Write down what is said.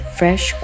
fresh